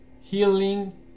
Healing